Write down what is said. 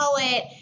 poet